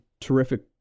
terrific